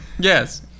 Yes